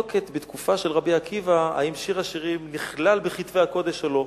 בתקופה של רבי עקיבא ישנה מחלוקת אם שיר השירים נכלל בכתבי הקודש או לא,